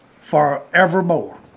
forevermore